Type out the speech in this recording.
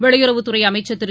வெளியுறவுத்துறைஅமைச்சர் திரு